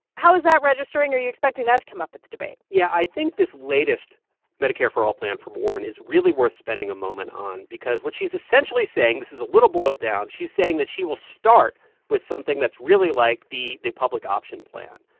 how is that registering? are you expecting that to come up at the debate? yeah. i think this latest medicare for all plan from warren is really worth spending a moment on because what she's essentially saying this is a little boiled down. she's saying that she will start with something that's really like the the public option plan.